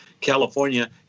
California